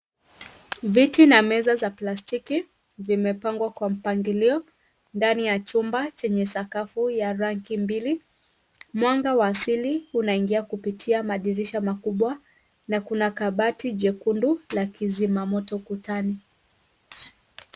Viti na meza za plastiki vimepangwa kwa mpangilio ndani ya chumba chenye sakafu ya rangi mbili ,mwanga wa asili unaingia kupitia madirisha makubwa na kuna kabati jekundu la kizima moto ukutani.